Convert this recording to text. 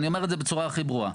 אני אומר את זה בצורה הכי ברורה.